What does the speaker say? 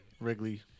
Wrigley